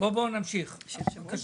-- בוא נמשיך בבקשה,